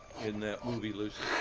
in that movie, lucy.